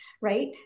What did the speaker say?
right